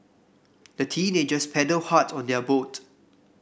the teenagers paddled hard on their boat